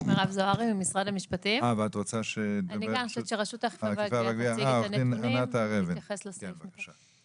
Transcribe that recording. עו"ד ענת הר אבן, בבקשה.